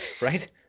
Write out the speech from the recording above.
Right